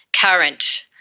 current